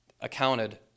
accounted